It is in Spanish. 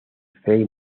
fray